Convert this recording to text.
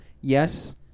Yes